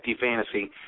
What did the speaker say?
Fantasy